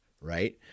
Right